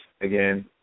Again